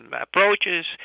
approaches